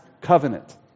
covenant